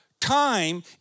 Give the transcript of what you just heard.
time